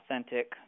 authentic